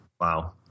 Wow